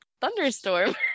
thunderstorm